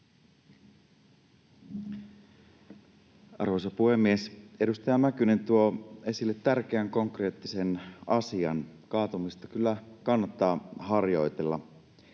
Arvoisa puhemies! Edustaja Mäkynen tuo esille tärkeän konkreettisen asian. Kaatumista kyllä kannattaa harjoitella.